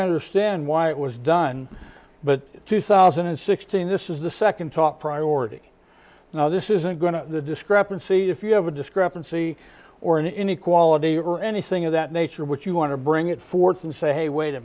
understand why it was done but two thousand and sixteen this is the second top priority now this isn't going to the discrepancy if you have a discrepancy or an inequality or anything of that nature but you want to bring it forth and say hey wait a